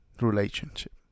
relationship